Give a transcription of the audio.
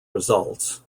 results